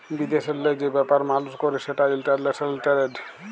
বিদেশেল্লে যে ব্যাপার মালুস ক্যরে সেটা ইলটারল্যাশলাল টেরেড